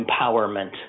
empowerment